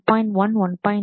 1 1